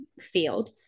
field